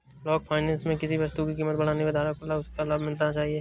long finance में किसी वस्तु की कीमत बढ़ने पर धारक को उसका लाभ मिलना चाहिए